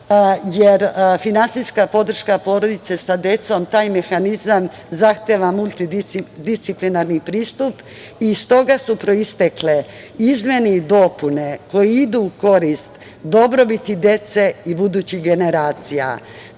jer finansijska podrška porodici sa decom, taj mehanizam zahteva multidisciplinarni pristup i iz toga su proistekle izmene i dopune koje idu u korist dobrobiti dece i budućih generacija. Pre